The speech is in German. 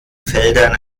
feldern